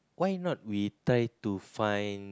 why not we try to find